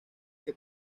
que